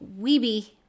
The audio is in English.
weeby